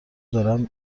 دارم